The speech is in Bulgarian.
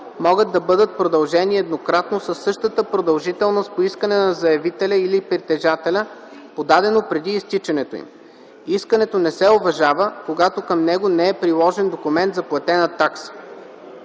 могат да бъдат продължени еднократно със същата продължителност по искане на заявителя или притежателя, подадено преди изтичането им. Искането не се уважава, когато към него не е приложен документ за платена такса.”